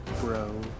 Bro